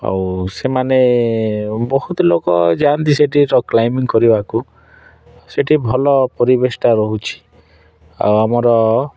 ଆଉ ସେମାନେ ବହୁତ ଲୋକ ଯାଆନ୍ତି ସେଠି ରକ୍ କ୍ଲାଇମ୍ବିଂ କରିବାକୁ ସେଠି ଭଲ ପରିବେଶଟା ରହୁଛି ଆମର